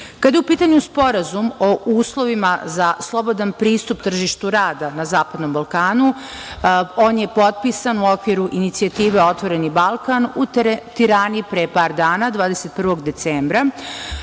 je u pitanju Sporazum o uslovima za slobodan pristup tržištu rada na zapadnom Balkanu, on je potpisan u okviru inicijative "Otvoreni Balkan" u Tirani pre par dana, 21. decembra.